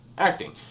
acting